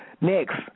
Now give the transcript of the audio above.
Next